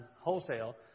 wholesale